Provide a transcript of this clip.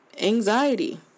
anxiety